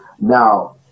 Now